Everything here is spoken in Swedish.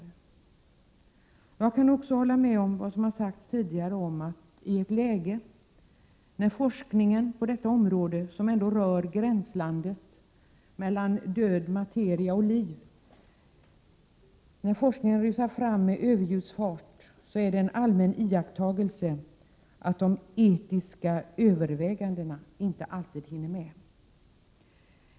Jag kan också hålla med om att det, som tidigare har sagts, i ett läge när forskningen på detta område — som ändå rör gränslandet mellan död materia och liv — rusar fram med överljudsfart, är en allmän iakttagelse att de etiska övervägandena inte alltid hinner med.